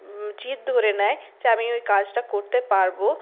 জিদ ধরে নেয় যে আমি ওই কাজটা করতে পারবো